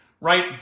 right